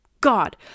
God